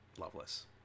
loveless